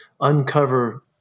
uncover